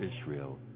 Israel